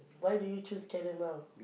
why do you choose caramel